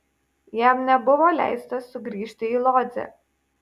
jam nebuvo leista sugrįžti į lodzę